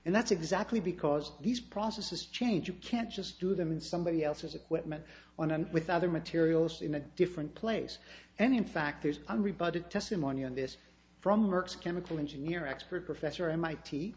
and that's exactly because these processes change you can't just do them in somebody else's equipment on and with other materials in a different place and in fact there's an rebutted testimony on this from merck's chemical engineer expert professor m